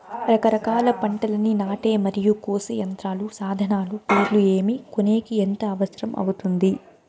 రకరకాల పంటలని నాటే మరియు కోసే యంత్రాలు, సాధనాలు పేర్లు ఏమి, కొనేకి ఎంత అవసరం అవుతుంది?